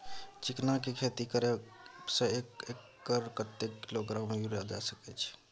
चिकना के खेती करे से प्रति एकर कतेक किलोग्राम यूरिया द सके छी?